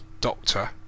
doctor